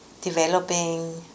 developing